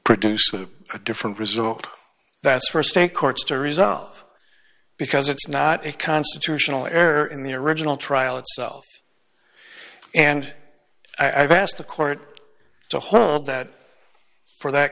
produce with a different result that's for state courts to resolve because it's not a constitutional error in the original trial itself and i've asked the court to hold that for that